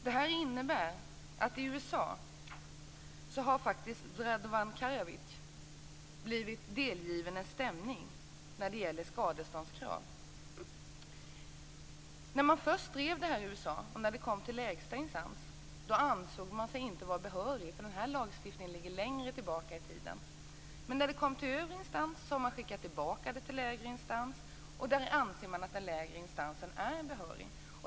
Det innebär att i USA har faktiskt Radovan Karadzic blivit delgiven en stämning gällande skadeståndskrav. När man först drev det här i USA och det kom till lägsta instans ansåg denna sig inte vara behörig, för den här lagstiftningen ligger längre tillbaka i tiden. Men när det kom till högre instans skickades det tillbaka till lägre instans. Man ansåg att den lägre instansen är behörig.